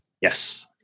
yes